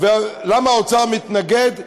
למה האוצר מתנגד?